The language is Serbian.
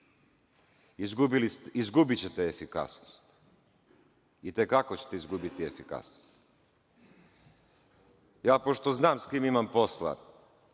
Izgubićete efikasnost, i te kako ćete izgubiti efikasnost. Pošto znam sa kim imam posla,